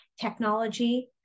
technology